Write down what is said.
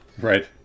right